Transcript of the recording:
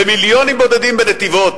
במיליונים בודדים בנתיבות